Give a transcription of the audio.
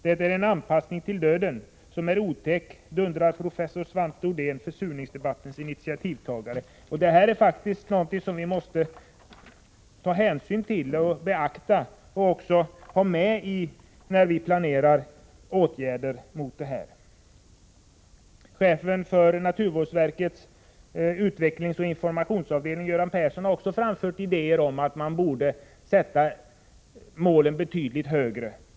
Det är en anpassning till döden som är otäck, dundrar professor Svante Odén, försurningsdebattens initiativtagare.” Det här är faktiskt någonting som vi måste ta hänsyn till och beakta, och även ha med när vi planerar åtgärder. Chefen för naturvårdsverkets utvecklingsoch informationsavdelning Göran Persson har också framfört idéer om att man borde sätta målen betydligt högre.